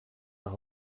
nach